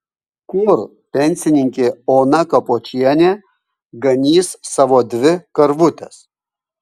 kur pensininkė ona kapočienė ganys savo dvi karvutes